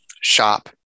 shop